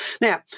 Now